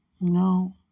no